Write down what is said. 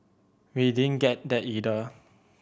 we didn't get that either